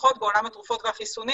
לפחות בעולם התרופות והחיסונים